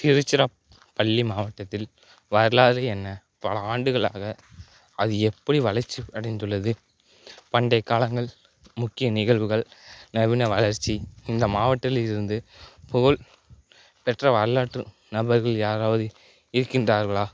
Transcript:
திருச்சிராப்பள்ளி மாவட்டத்தில் வரலாறு என்ன பல ஆண்டுகளாக அது எப்படி வளர்ச்சி அடைந்துள்ளது பண்டைய காலங்கள் முக்கிய நிகழ்வுகள் நவீன வளர்ச்சி இந்த மாவட்டத்திலிருந்து புகழ் பெற்ற வரலாற்று நபர்கள் யாராவது இருக்கின்றார்களா